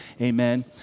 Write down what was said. amen